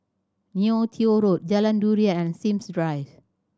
Neo Tiew Road Jalan Durian and Sims Drive